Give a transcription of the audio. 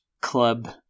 club